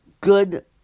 good